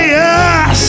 yes